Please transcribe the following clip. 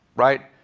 right?